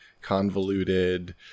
convoluted